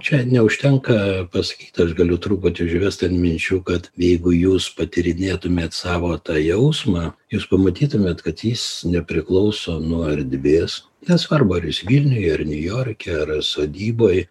čia neužtenka pasakyt aš galiu truputį užvest ant minčių kad jeigu jūs patyrinėtumėt savo tą jausmą jūs pamatytumėt kad jis nepriklauso nuo erdvės nesvarbu ar jūs vilniuje ar niujorke ar sodyboj